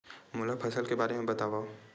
मोला फसल के बारे म बतावव?